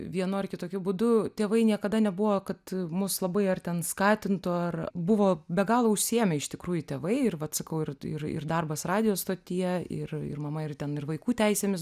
vienu ar kitokiu būdu tėvai niekada nebuvo kad mus labai ar ten skatintų ar buvo be galo užsiėmę iš tikrųjų tėvai ir vat sakau ir ir ir darbas radijo stotyje ir ir mama ir ten ir vaikų teisėmis